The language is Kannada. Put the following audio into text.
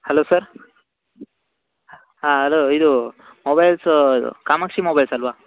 ಹಲೋ ಸರ್ ಹಾಂ ಹಲೋ ಇದು ಮೊಬೈಲ್ಸು ಕಾಮಾಕ್ಷಿ ಮೊಬೈಲ್ಸ್ ಅಲ್ವಾ